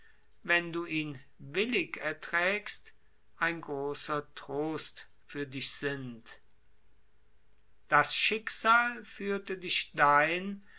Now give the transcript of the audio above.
wenn du ihn willig erträgst ein großer trost für dich sind führte dich dahin